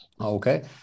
Okay